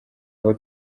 aho